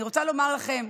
אני רוצה לומר לכם,